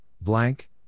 blank